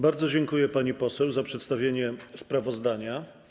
Bardzo dziękuję, pani poseł, za przedstawienie sprawozdania.